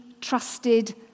trusted